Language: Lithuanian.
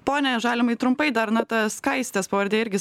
pone žalimai trumpai dar na ta skaistės pavardė irgi